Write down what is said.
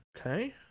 okay